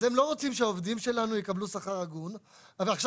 הם לא רוצים שהעובדים שלנו יקבלו שכר הגון אבל עכשיו